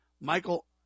Michael